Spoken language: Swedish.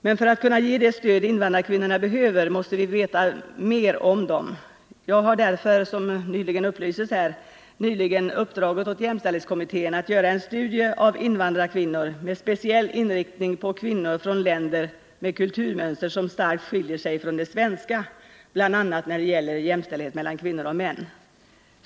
Men för att kunna ge det stöd invandrarkvinnorna behöver måste vi veta mer om dem. Jag har därför, som tidigare har sagts här, nyligen uppdragit åt jämställdhetskommittén att göra en studie av invandrarkvinnor med speciell inriktning på kvinnor från länder med kulturmönster som starkt skiljer sig från det svenska, bl.a. när det gäller jämställdhet mellan kvinnor och män.